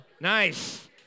nice